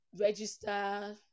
register